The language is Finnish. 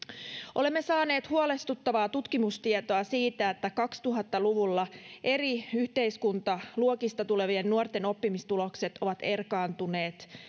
olemme saaneet huolestuttavaa tutkimustietoa siitä että kaksituhatta luvulla eri yhteiskuntaluokista tulevien nuorten oppimistulokset ovat erkaantuneet